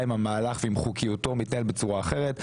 עם המהלך ועם חוקיותו מתנהל בצורה אחרת.